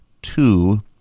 two